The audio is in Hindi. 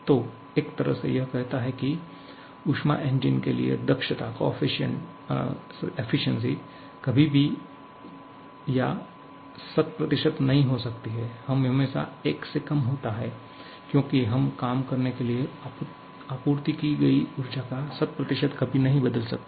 तो एक तरह से यह कहता है कि ऊष्मा इंजन के लिए दक्षता कभी भी या 100 नहीं हो सकती है यह हमेशा 1 से कम होता है क्योंकि हम काम करने के लिए आपूर्ति की गई ऊर्जा का 100 कभी नहीं बदल सकते